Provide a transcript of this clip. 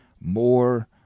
more